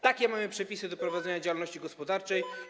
Takie mamy przepisy dotyczące prowadzenia działalności gospodarczej.